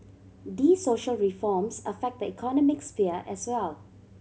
they social reforms affect the economic sphere as well